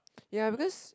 ya because